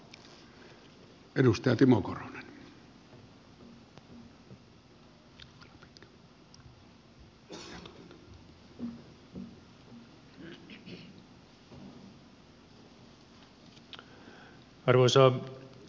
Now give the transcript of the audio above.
arvoisa puhemies